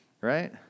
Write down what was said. right